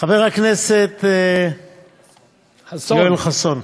חבר הכנסת יואל חסון,